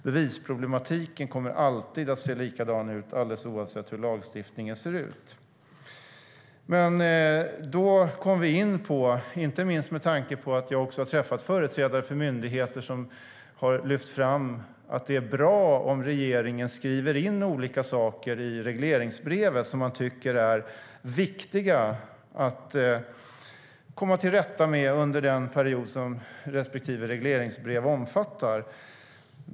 Bevisproblematiken kommer alltid att se likadan ut, alldeles oavsett hur lagstiftningen ser ut. Vi kom då in på något, inte minst med tanke på att jag har träffat företrädare för myndigheter som har lyft fram att det är bra om regeringen skriver in olika saker i regleringsbrevet som man tycker är viktiga att komma till rätta med under den period som respektive regleringsbrev omfattar.